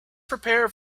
prepare